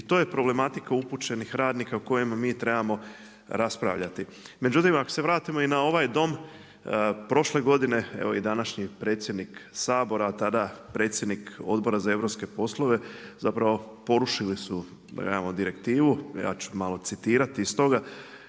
i to je problematika upućenih radnika o kojima mi trebamo raspravljati. Međutim ako se vratimo i na ovaj Dom, prošle godine evo i današnji predsjednik Sabora, a tada predsjednik Odbora za europske poslove zapravo porušili su direktivu, ja ću malo citirati iz toga